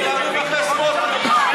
חברי הכנסת, נא לשמור על שקט.